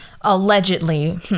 allegedly